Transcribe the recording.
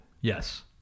Yes